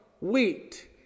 wheat